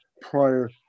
prior